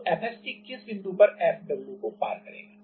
तो Fst किस बिंदु पर Fw को पार करेगा